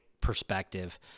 perspective